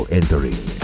entering